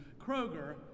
Kroger